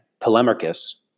Polemarchus